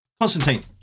constantine